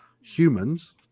humans